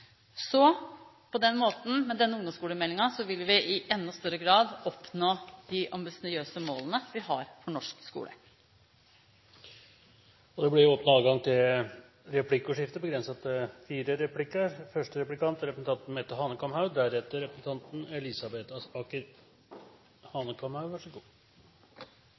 Så på den måten – med denne ungdomsskolemeldingen – vil vi i enda større grad oppnå de ambisiøse målene vi har for norsk skole. Det blir replikkordskifte. Denne ungdomsskolemeldingen er et viktig bidrag til